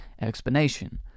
explanation